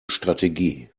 strategie